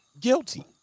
guilty